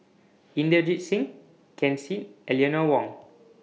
Inderjit Singh Ken Seet and Eleanor Wong